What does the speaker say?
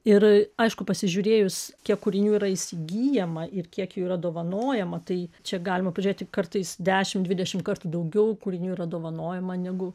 ir aišku pasižiūrėjus kiek kūrinių yra įsigyjama ir kiek jų yra dovanojama tai čia galima pažiūrėti kartais dešimt dvidešimt kartų daugiau kūrinių yra dovanojama negu